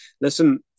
listen